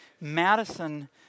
Madison